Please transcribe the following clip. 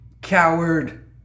Coward